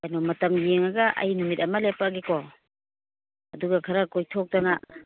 ꯀꯩꯅꯣ ꯃꯇꯝ ꯌꯦꯡꯉꯒ ꯑꯩ ꯅꯨꯃꯤꯠ ꯑꯃ ꯂꯦꯞꯄꯛꯑꯒꯦꯀꯣ ꯑꯗꯨꯒ ꯈꯔ ꯀꯣꯏꯊꯣꯛꯇꯅ